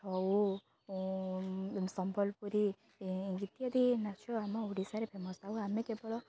ଛଉ ସମ୍ବଲପୁରୀ ଇତ୍ୟାଦି ନାଚ ଆମ ଓଡ଼ିଶାରେ ଫେମସ୍ ଆଉ ଆମେ କେବଳ